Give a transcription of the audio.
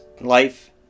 life